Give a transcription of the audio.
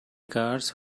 cars